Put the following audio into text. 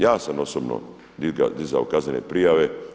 Ja sam osobno dizao kaznene prijave.